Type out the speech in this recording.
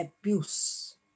abuse